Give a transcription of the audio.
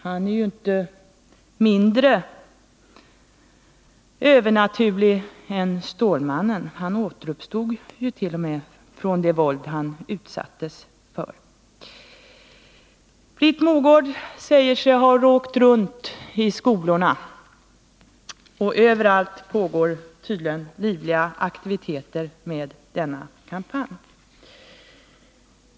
Han är inte mindre övernaturlig än Stålmannen — han återuppstod t.o.m. från det våld han utsattes för. Britt Mogård säger sig ha åkt runt i skolorna, och överallt pågår tydligen livliga aktiviteter när det gäller denna kampanj.